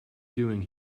doing